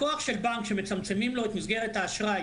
לקוח של בנק שמצמצמים לו את מסגרת האשראי